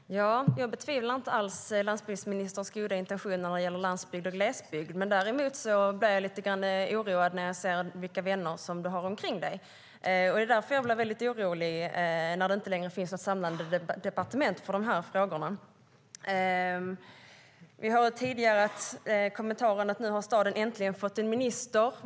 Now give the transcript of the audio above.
Herr talman! Jag betvivlar inte landsbygdsministerns goda intentioner när det gäller landsbygd och glesbygd. Däremot blir jag lite oroad när jag ser vilka vänner du har omkring dig. Därför blir jag också orolig när det inte längre finns något samlande departement för de här frågorna. Vi hörde tidigare kommentaren att staden nu äntligen har fått en minister.